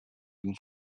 and